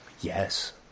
Yes